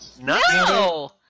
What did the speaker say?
No